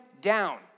down